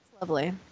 lovely